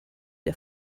der